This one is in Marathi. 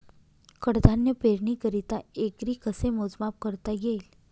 कडधान्य पेरणीकरिता एकरी कसे मोजमाप करता येईल?